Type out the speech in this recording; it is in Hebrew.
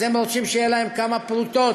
אז הם רוצים שיהיו להם כמה פרוטות,